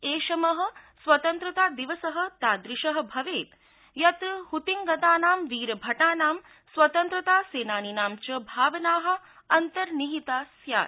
ऐषम स्वतंत्रता दिवस तादृश भवेत् यत्र हुतिं गतानां वीरभटानां स्वतंत्रता सेनानीनां च भावना अन्तर्निहिता स्यात्